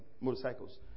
motorcycles